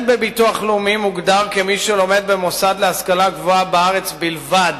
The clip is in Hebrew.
בביטוח הלאומי סטודנט מוגדר כמי שלומד במוסד להשכלה גבוהה בארץ בלבד.